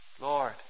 Lord